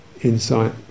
insight